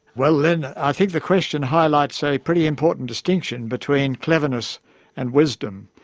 well lynne, i think the question highlights a pretty important distinction between cleverness and wisdom,